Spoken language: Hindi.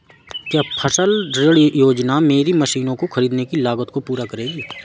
क्या फसल ऋण योजना मेरी मशीनों को ख़रीदने की लागत को पूरा करेगी?